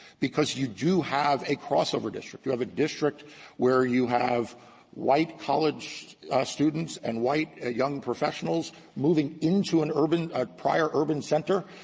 because you do have a crossover district. you have a district where you have white college students and white ah young professionals moving into an urban a prior urban center,